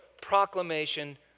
proclamation